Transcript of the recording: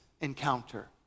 encounter